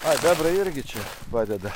o zebrai irgi čia padeda